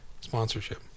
sponsorship